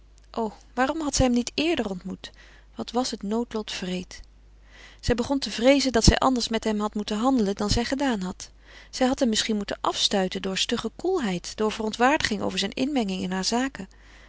o waarom had zij hem niet eerder ontmoet wat was het noodlot wreed zij begon te vreezen dat zij anders met hem had moeten handelen dan zij gedaan had zij had hem misschien moeten afstuiten door stugge koelheid door verontwaardiging over zijne inmenging over hare zaken